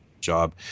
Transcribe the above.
Job